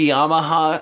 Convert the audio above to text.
Yamaha